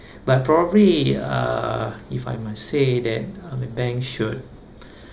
but probably uh if I must say that uh banks should